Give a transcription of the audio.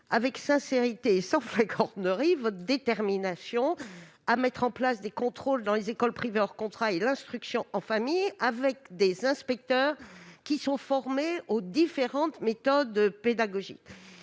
avec sincérité et sans flagornerie votre détermination à mieux contrôler les écoles privées hors contrat et l'instruction en famille, avec des inspecteurs formés aux différentes méthodes pédagogiques.